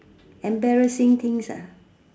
embarrassing things ah